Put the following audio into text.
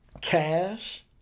cash